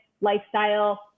lifestyle